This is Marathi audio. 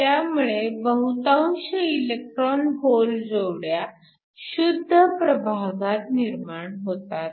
त्यामुळे बहुतांश इलेक्ट्रॉन होल जोड्या शुद्ध प्रभागात निर्माण होतात